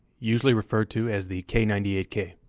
usually referred to as the k nine eight k.